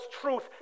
truth